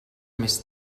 més